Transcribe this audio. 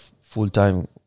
full-time